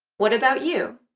what about you?